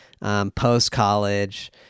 post-college